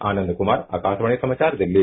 आनंद कुमार आकाशवाणी समाचार दिल्ली